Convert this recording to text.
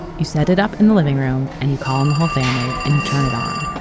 you set it up in the living room and you call in the whole family and you turn it on